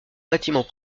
bâtiments